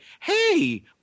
hey